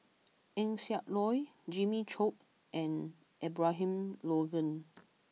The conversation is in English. Eng Siak Loy Jimmy Chok and Abraham Logan